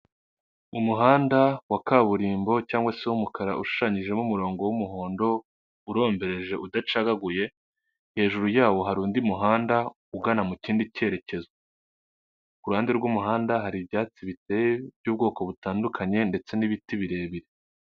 Umuhanda wa kaburimbo cyangwa se w'umukara ushushanyijemo umurongo w'umuhondo, urombereje udacagaguye, hejuru yawo hari undi muhanda ugana mu kindi cyerekezo. Ku ruhande rw'umuhanda hari ibyatsi biteye by'ubwoko butandukanye, ndetse n'ibiti birebire.